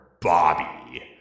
Bobby